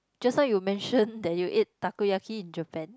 just now you mention that you ate takoyaki in Japan